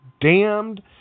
damned